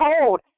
cold